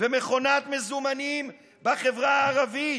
ומכונת מזומנים בחברה הערבית,